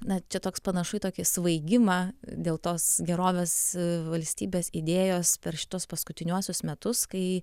na čia toks panašu į tokį svaigimą dėl tos gerovės valstybės idėjos per šituos paskutiniuosius metus kai